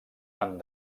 han